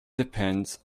depends